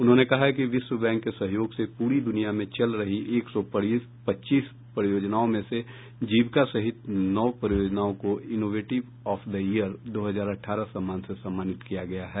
उन्होंने कहा कि विश्व बैंक के सहयोग से पूरी दुनिया में चल रही एक सौ पच्चीस परियोजनाओं में से जीविका सहित नौ परियोजनाओं को इनोवेटिव ऑफ द ईयर दो हजार अठारह अवार्ड से सम्मानित किया गया है